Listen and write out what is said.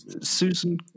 Susan